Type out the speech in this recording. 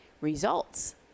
results